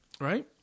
right